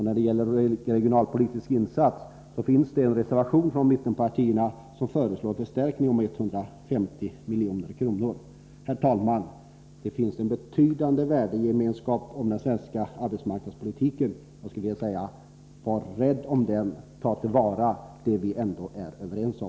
När det gäller regionalpolitiska insatser finns det en reservation från mittenpartierna om en förstärkning på 150 miljoner. Herr talman! Det finns en betydande värdegemenskap när det gäller den svenska arbetsmarknadspolitiken. Jag skulle vilja säga: Var rädd om den! Ta till vara det vi ändå är överens om!